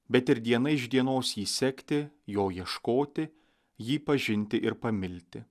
bet ir diena iš dienos jį sekti jo ieškoti jį pažinti ir pamilti